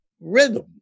rhythm